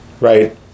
right